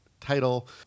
title